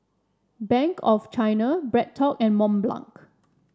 Bank of China BreadTalk and Mont Blanc